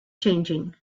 changing